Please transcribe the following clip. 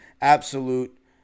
Absolute